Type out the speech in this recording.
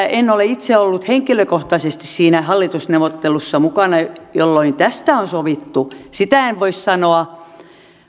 en ole itse ollut henkilökohtaisesti siinä hallitusneuvottelussa mukana jolloin tästä on sovittu siitä en voi sanoa